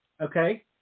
Okay